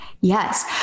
Yes